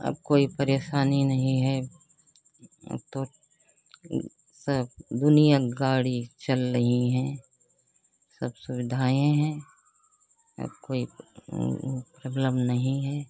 कोई परेशानी नहीं हैं अब तो सब दुनिया गाड़ी चल रही हैं सब सुविधाएँ हैं अब कोई मतलब नहीं है